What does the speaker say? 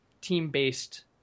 team-based